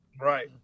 Right